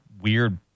weird